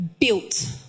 built